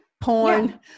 porn